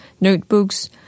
notebooks